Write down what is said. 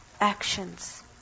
actions